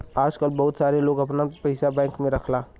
आजकल बहुत सारे लोग आपन पइसा बैंक में रखला